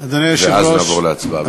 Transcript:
ואז נעבור להצבעה.